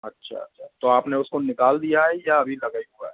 अच्छा तो आपने उसको निकाल दिया है या अभी लगा हुआ है